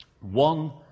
one